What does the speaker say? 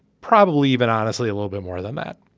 probably even honestly a little bit more than that.